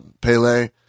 Pele